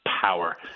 power